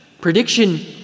prediction